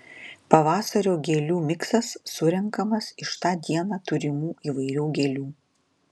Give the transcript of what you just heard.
pavasario gėlių miksas surenkamas iš tą dieną turimų įvairių gėlių